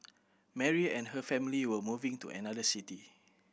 Mary and her family were moving to another city